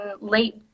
late